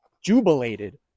jubilated